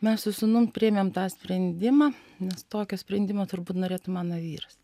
mes su sūnum priėmėm tą sprendimą nes tokio sprendimo turbūt norėtų mano vyras